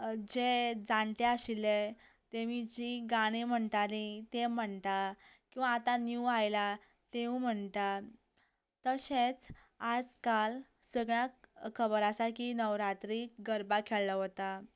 जे जाणटे आशिल्ले तेमी जीं गाणीं म्हणटालीं तीं म्हणटा किंवा आतां नीव आयल्या तिवू म्हणटा तशेंच आज काल सगल्याक खबर आसा की नवरात्री गरबा खेळ्ळो वता